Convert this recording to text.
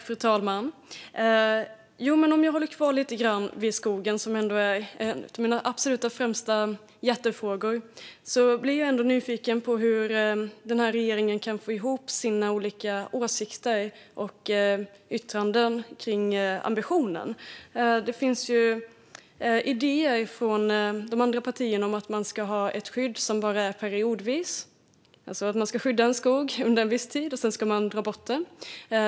Fru talman! Jag vill hålla kvar lite grann vid skogen, som är en av mina absolut främsta hjärtefrågor. Jag är nyfiken på hur regeringen får ihop sina olika åsikter och yttranden kring ambitionen. Det finns ju idéer från de andra partierna om att ha ett skydd som bara gäller periodvis, alltså att man ska skydda en skog under en viss tid och sedan dra bort skyddet.